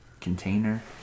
container